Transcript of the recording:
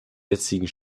jetzigen